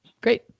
Great